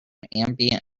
ambient